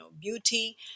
beauty